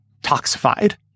toxified